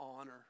honor